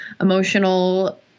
emotional